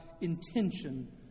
intention